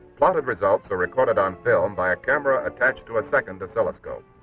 plotted results are recorded on film by a camera attached to a second oscilloscope.